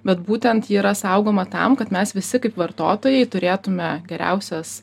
bet būtent ji yra saugoma tam kad mes visi kaip vartotojai turėtume geriausias